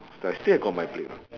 I still have got my blade [what]